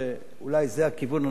שזה אולי הכיוון הנכון.